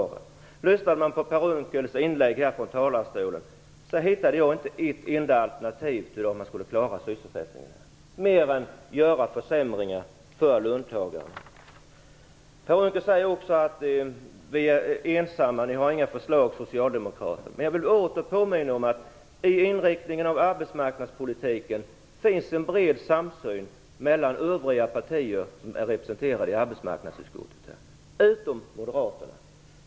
När jag lyssnade på Per Unckels inlägg från talarstolen hittade jag inte ett enda alternativ till hur man skulle klara sysselsättningen, mer än att man vill göra försämringar för löntagarna. Per Unckel säger också att vi är ensamma och att Socialdemokraterna inte har några förslag. Jag vill åter påminna om att det vad gäller inriktningen av arbetsmarknadspolitiken finns en bred samsyn mellan de partier som är representerade i arbetsmarknadsutskottet - utom Moderaterna.